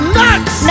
nuts